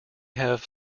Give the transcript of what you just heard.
have